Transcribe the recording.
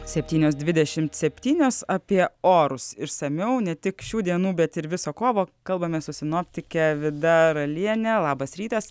septynios dvidešim septynios apie orus išsamiau ne tik šių dienų bet ir viso kovo kalbamės su sinoptikė vida ralienė labas rytas